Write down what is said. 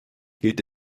gilt